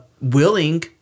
willing